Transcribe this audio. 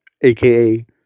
AKA